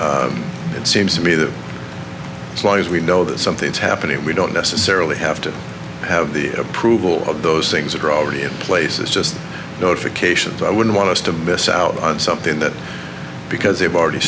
it seems to me that as long as we know that something's happening we don't necessarily have to have the approval of those things that are already in place is just notifications i wouldn't want us to miss out on something that because they've already